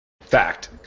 fact